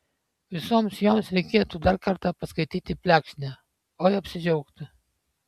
visoms joms reikėtų dar kartą paskaityti plekšnę oi apsidžiaugtų